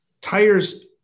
tires